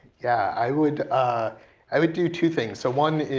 yeah, i would ah i would do two things. so one,